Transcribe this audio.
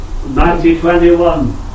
1921